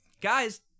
Guys